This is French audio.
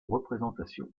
représentations